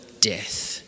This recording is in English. death